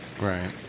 right